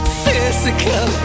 physical